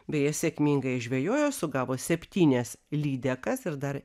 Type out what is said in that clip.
beje sėkmingai žvejojo sugavo septynias lydekas ir dar